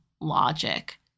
logic